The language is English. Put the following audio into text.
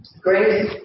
grace